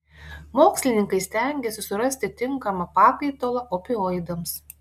mokslininkai stengiasi surasti tinkamą pakaitalą opioidams